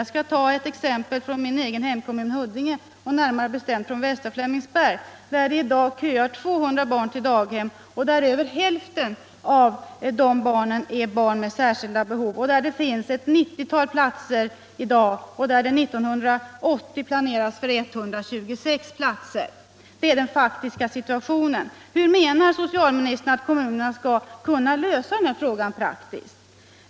Jag skall ta ett exempel från min egen hemkommun, Huddinge, närmare bestämt från västra Flemingsberg, där det i dag köar 200 barn till daghem, där över hälften av dessa barn är barn med särskilda behov, där det i dag finns ett 90-tal platser och där det 1980 planeras för 126 platser. — Det är den faktiska situationen. Hur menar socialministern att kommunerna skall kunna lösa den här frågan praktiskt?